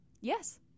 yes